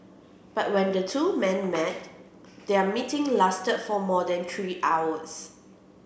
but when the two men met their meeting lasted for more than three hours